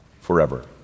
forever